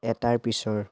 এটাৰ পিছৰ